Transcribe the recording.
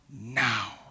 now